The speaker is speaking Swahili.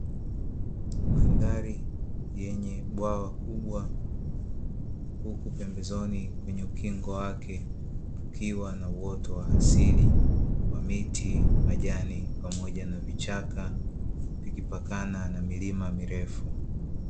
Mandhari yenye bwawa kubwa huku pembezoni kwenye ukingo wake kukiwa na uoto wa asili wa: miti, majani pamoja na vichaka, vikipakana na milima mirefu.